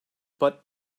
but